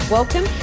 Welcome